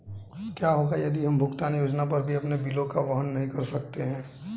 क्या होगा यदि हम भुगतान योजना पर भी अपने बिलों को वहन नहीं कर सकते हैं?